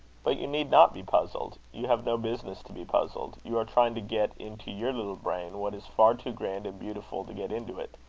but you need not be puzzled you have no business to be puzzled. you are trying to get into your little brain what is far too grand and beautiful to get into it.